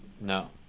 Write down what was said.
No